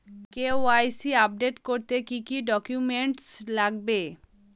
KYC update করতে কি কি ডকুমেন্টস লাগবে?